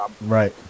Right